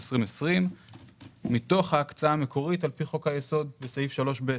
2020 מתוך ההקצאה המקצועית על-פי חוק היסוד בסעיף 3ב,